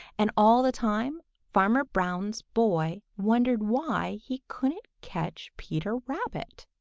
and all the time farmer brown's boy wondered why he couldn't catch peter rabbit.